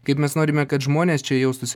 kaip mes norime kad žmonės čia jaustųsi